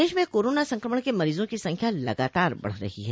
प्रदेश में कोरोना संक्रमण के मरीजों की संख्या लगातार बढ़ती जा रही है